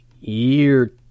year